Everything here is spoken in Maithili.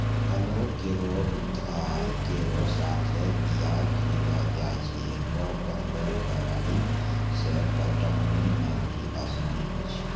हलो केरो धार केरो साथें बीया गिरैलो जाय छै, एकरो बनलो गरारी सें पटौनी म भी आसानी होय छै?